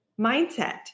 mindset